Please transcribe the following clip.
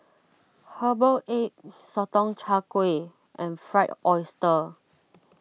Herbal Egg Sotong Char Kway and Fried Oyster